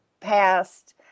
past